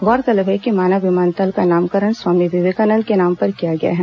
गौरतलब है कि माना विमानतल का नामकरण स्वामी विवेकानंद के नाम पर किया गया है